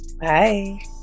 bye